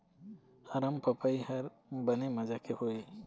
अरमपपई हर बने माजा के होही?